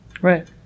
Right